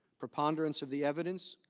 preponderance of the evidence,